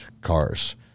cars